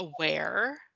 aware